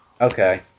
Okay